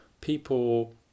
people